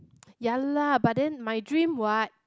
ya lah but then my dream what